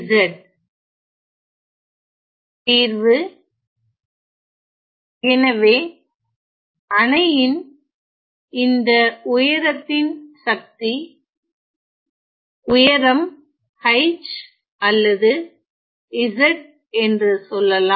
தீர்வு எனவே அணையின் இந்த உயரத்தின் சக்தி உயரம் h அல்லது z என்று சொல்லலாம்